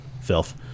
filth